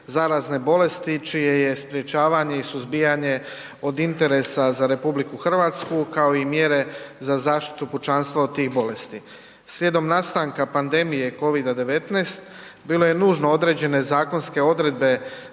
zaraznih bolesti čije je sprečavanje i suzbijanje od interesa za RH kao i mjere za zaštitu pučanstva od tih bolesti. Slijedom nastanka pandemije COVID-19 bilo je nužno određene zakonske odredbe